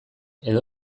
edo